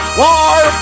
war